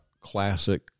classic